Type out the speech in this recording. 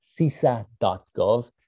cisa.gov